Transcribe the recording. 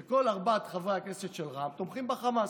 כל ארבעת חברי הכנסת של רע"מ תומכים בחמאס.